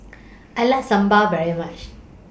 I like Sambal very much